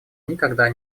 никогда